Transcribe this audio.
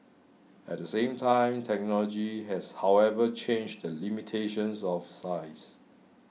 at the same time technology has however changed the limitations of size